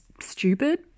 stupid